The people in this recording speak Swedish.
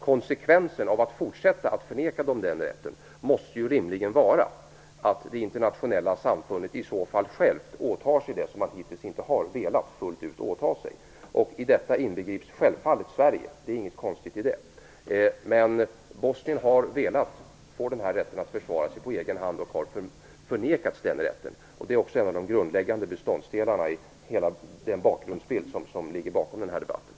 Konsekvensen av att fortsätta att förvägra Bosnien den rätten måste rimligen vara att det internationella samfundet i så fall självt bör åta sig det som det hittills inte fullt ut har velat åta sig. I detta inbegrips självfallet Sverige - det är inget konstigt i det - men Bosnien har velat få rätten att försvara sig på egen hand och har förvägrats detta. Det är en av de grundläggande beståndsdelarna i bakgrunden till den här debatten.